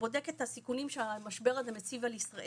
שבודקת את הסיכונים שהמשבר הזה מציב על ישראל,